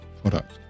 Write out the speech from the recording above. product